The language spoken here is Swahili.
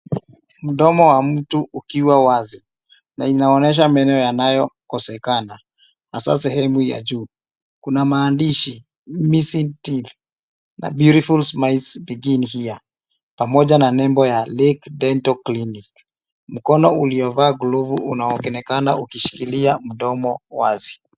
Mdomo wa mtu ukiwa wazi na inaonyesha meno yanayokosekana hasaa sehemu ya juu. Kuna maandishi missing teeth na beautiful smiles begin here pamoja na nembo ya Lake Dental Clinic . Mkono uliovaa glovu unaonekana ukishikilia mdomo wazi.